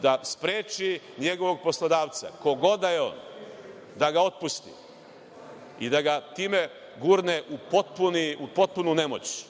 da spreči njegovog poslodavca, ko god da je on, da ga otpusti i da ga time gurne u potpunu nemoć,